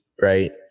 right